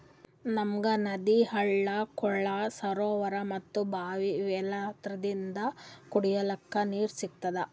ನಮ್ಗ್ ನದಿ ಹಳ್ಳ ಕೊಳ್ಳ ಸರೋವರಾ ಮತ್ತ್ ಭಾವಿ ಇವೆಲ್ಲದ್ರಿಂದ್ ಕುಡಿಲಿಕ್ಕ್ ನೀರ್ ಸಿಗ್ತದ